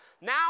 Now